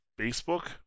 Facebook